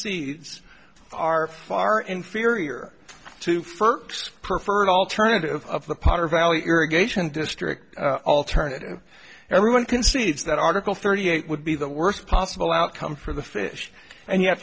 cedes are far inferior to first preferred alternative of the potter valley irrigation district alternative everyone concedes that article thirty eight would be the worst possible outcome for the fish and yet